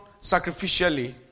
sacrificially